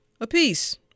apiece